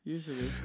Usually